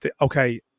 okay